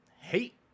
hate